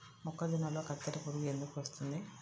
మొక్కజొన్నలో కత్తెర పురుగు ఎందుకు వస్తుంది?